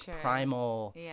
primal